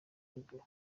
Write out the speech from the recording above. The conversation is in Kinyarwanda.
ruguru